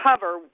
cover